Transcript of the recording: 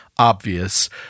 Obvious